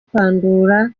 kwandura